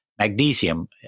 Magnesium